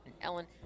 Ellen